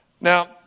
Now